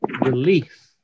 relief